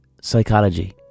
psychology